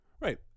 Right